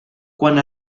quan